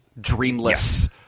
dreamless –